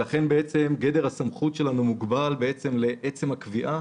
לכן גדר הסמכות שלנו מוגבל לעצם הקביעה